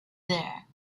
there